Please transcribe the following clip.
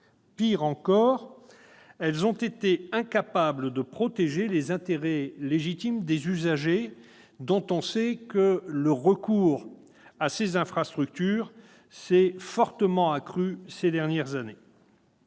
Pire encore, ces dernières ont été incapables de protéger les intérêts légitimes des usagers, dont on sait que le recours à ces infrastructures s'est fortement accru ces dernières années.